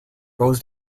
goes